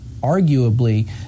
arguably